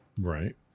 Right